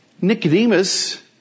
Nicodemus